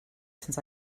since